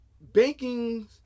banking